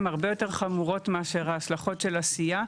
הן הרבה יותר חמורות מאשר ההשלכות של העשייה.